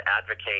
advocate